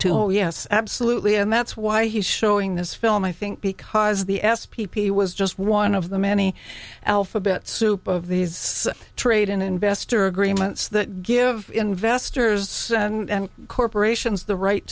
two yes absolutely and that's why he's showing this film i think because the s p p was just one of the many alphabet soup of these trade and investor agreements that give investors and corporations the right